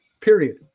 period